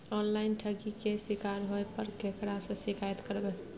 Online ठगी के शिकार होय पर केकरा से शिकायत करबै?